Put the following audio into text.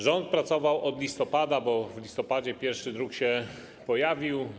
Rząd pracował od listopada, bo w listopadzie pierwszy druk się pojawił.